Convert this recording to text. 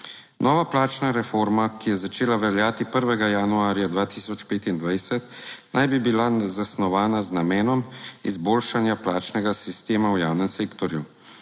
Nova plačna reforma, ki je začela veljati 1. januarja 2025, naj bi bila zasnovana z namenom izboljšanja plačnega sistema v javnem sektorju,